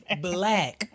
black